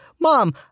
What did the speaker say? mom